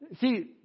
See